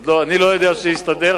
אני לא יודע שהסתדר,